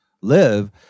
live